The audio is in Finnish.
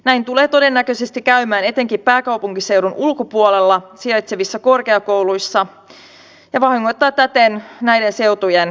näin tulee todennäköisesti käymään etenkin pääkaupunkiseudun ulkopuolella sijaitsevissa korkeakouluissa ja vahingoittamaan täten näiden seutujen kansainvälistymistä